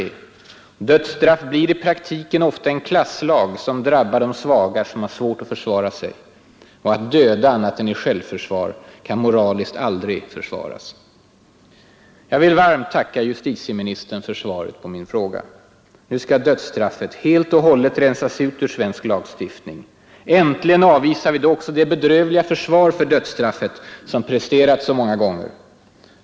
En lag om dödsstraff blir i praktiken ofta en klasslag, som drabbar de svaga som har svårt att försvara sig. Och att döda annat än i självförsvar kan moraliskt aldrig försvaras. Jag vill varmt tacka justitieministern för svaret på min fråga. Nu skall dödsstraffet helt och hållet rensas ut ur svensk lagstiftning. Äntligen avvisar vi då också det bedrövliga försvar för dödsstraffet som presterats så många gånger.